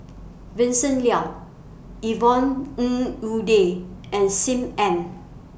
Vincent Leow Yvonne Ng Uhde and SIM Ann